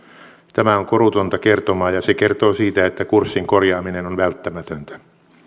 tämä on korutonta kertomaa ja se kertoo siitä että kurssin korjaaminen on välttämätöntä